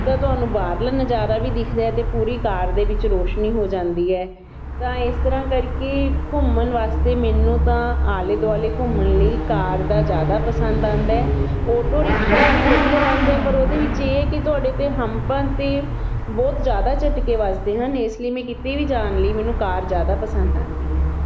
ਤਾਂ ਤੁਹਾਨੂੰ ਬਾਹਰਲੇ ਨਜ਼ਾਰਾ ਵੀ ਦਿੱਖਦਾ ਅਤੇ ਪੂਰੀ ਕਾਰ ਦੇ ਵਿੱਚ ਰੋਸ਼ਨੀ ਹੋ ਜਾਂਦੀ ਹੈ ਤਾਂ ਇਸ ਤਰ੍ਹਾਂ ਕਰਕੇ ਘੁੰਮਣ ਵਾਸਤੇ ਮੈਨੂੰ ਤਾਂ ਆਲੇ ਦੁਆਲੇ ਘੁੰਮਣ ਲਈ ਕਾਰ ਦਾ ਜ਼ਿਆਦਾ ਪਸੰਦ ਆਉਂਦਾ ਆਟੋ ਰਿਕਸ਼ਾ ਵੀ ਵਧੀਆ ਲੱਗਦਾ ਪਰ ਉਹਦੇ ਵਿੱਚ ਇਹ ਹੈ ਕਿ ਤੁਹਾਡੇ 'ਤੇ ਹੰਪਨ 'ਤੇ ਬਹੁਤ ਜ਼ਿਆਦਾ ਝਟਕੇ ਵੱਜਦੇ ਹਨ ਇਸ ਲਈ ਮੈਂ ਕਿਤੇ ਵੀ ਜਾਣ ਲਈ ਮੈਨੂੰ ਕਾਰ ਜ਼ਿਆਦਾ ਪਸੰਦ ਆਉਂਦੀ ਹੈ